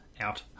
out